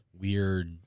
weird